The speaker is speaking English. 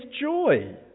joy